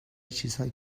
چیزهایی